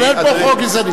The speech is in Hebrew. אבל אין פה חוק גזעני.